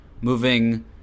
moving